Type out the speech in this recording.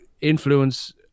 influence